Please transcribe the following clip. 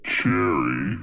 Cherry